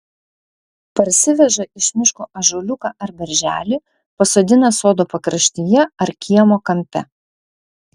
parsiveža iš miško ąžuoliuką ar berželį pasodina sodo pakraštyje ar kiemo kampe